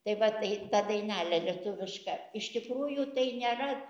tai va tai ta dainelė lietuviška iš tikrųjų tai nėra